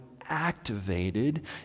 activated